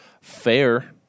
fair